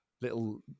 little